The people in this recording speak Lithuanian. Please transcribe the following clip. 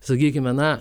sakykime na